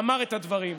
אמר את הדברים.